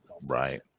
Right